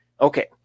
Okay